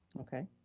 okay,